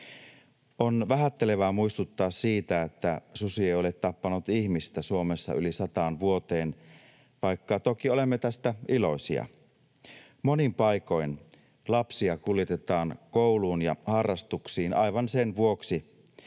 On vähättelevää muistuttaa siitä, että susi ei ole tappanut ihmistä Suomessa yli sataan vuoteen, vaikka toki olemme tästä iloisia. Monin paikoin lapsia kuljetetaan kouluun ja harrastuksiin aivan sen vuoksi,